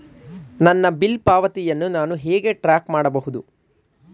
ನನ್ನ ಬಿಲ್ ಪಾವತಿಯನ್ನು ನಾನು ಹೇಗೆ ಟ್ರ್ಯಾಕ್ ಮಾಡಬಹುದು?